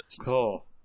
Cool